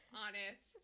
honest